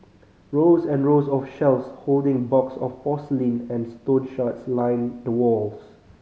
rows and rows of shelves holding box of porcelain and stone shards line the walls